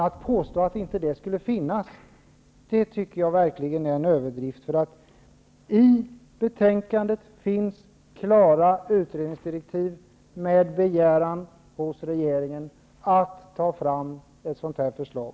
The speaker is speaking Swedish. Att påstå att det inte skulle finnas ett alternativ tycker jag verkligen är en överdrift. I betänkandet finns klara utredningsdirektiv med begäran till regeringen att ta fram ett förslag.